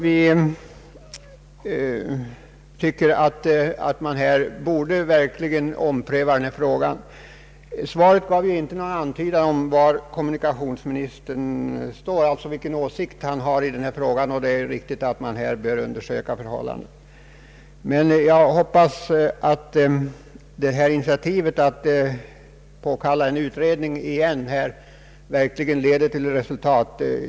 Vi anser att denna fråga bör omprövas, men svaret gav inte någon antydan om vilken åsikt kommunikationsministern har. Det är väl riktigt att man bör undersöka förhållandet. Jag hoppas att departementets initiativ att låta utreda saken verkligen leder till resultat.